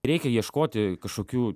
reikia ieškoti kažkokių